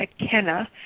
McKenna